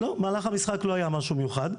במהלך המשחק לא היה משהו מיוחד.